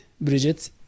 Bridget